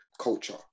culture